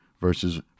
verses